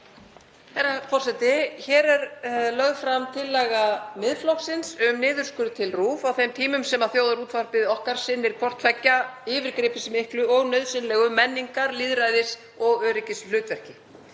Hér er lögð fram tillaga Miðflokksins um niðurskurð til RÚV á þeim tímum sem þjóðarútvarpið okkar sinnir yfirgripsmiklu og nauðsynlegu menningar-, lýðræðis- og öryggishlutverki.